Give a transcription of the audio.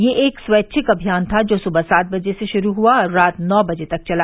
यह एक स्वैच्छिक अभियान था जो सुबह सात बजे से शुरू हुआ और रात नौ बजे तक चला